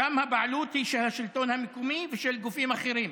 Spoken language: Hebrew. ששם הבעלות היא של השלטון המקומי ושל גופים אחרים.